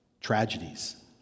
tragedies